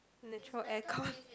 and they throw aircon